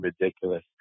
ridiculous